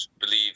believe